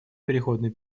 переходный